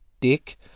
dick